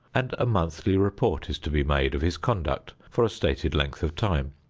and a monthly report is to be made of his conduct for a stated length of time.